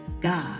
God